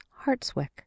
Hartswick